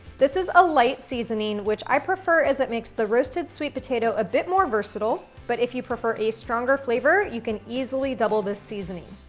this is a light seasoning, which i prefer, as it makes the roasted sweet potato a bit more versatile. but if you prefer a stronger flavor, you can easily double the seasoning.